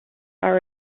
are